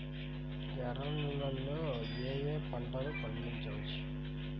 ఎర్ర నేలలలో ఏయే పంటలు పండించవచ్చు?